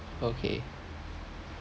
okay